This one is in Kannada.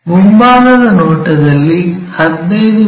ಮುಂಭಾಗದ ನೋಟದಲ್ಲಿ 15 ಮಿ